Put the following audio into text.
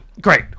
Great